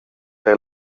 per